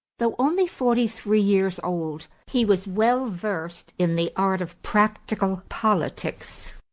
though only forty-three years old he was well versed in the art of practical politics.